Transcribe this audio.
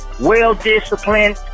well-disciplined